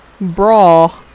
bra